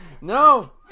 No